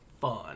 fun